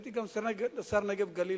הייתי גם שר נגב גליל,